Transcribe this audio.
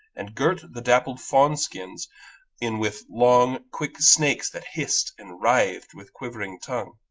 and girt the dappled fawn-skins in with long quick snakes that hissed and writhed with quivering tongue.